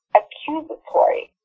accusatory